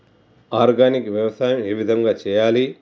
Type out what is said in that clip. Organic వ్యవసాయం ఏ విధంగా చేయాలి?